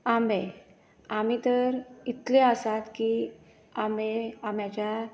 आंबे आंबे तर इतले आसात की आंबे आंब्याच्या